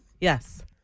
Yes